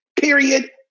Period